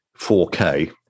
4K